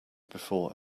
before